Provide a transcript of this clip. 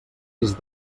des